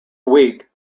weak